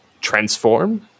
transform